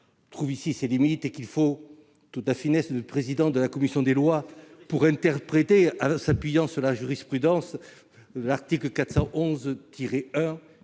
trouve ici ses limites. Il faut toute la finesse du président de la commission des lois pour interpréter, en s'appuyant sur la jurisprudence, l'article L. 411-1,